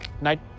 night